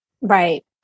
Right